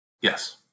Yes